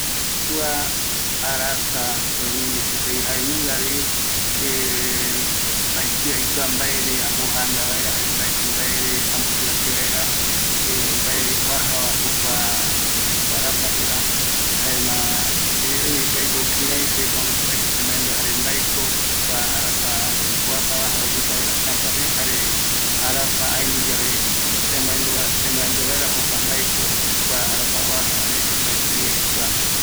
Ouyevi yae arasa mokoi eta payandepo ovape pemaenduako yae oyoɨpe jokua arasapepako täta ikavije yepi yayuvanga erei añae kirai oaja añaeko yakuakua paraetema jukurai yembongueta yayapo yandeyeɨpe oyoɨpe